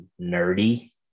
nerdy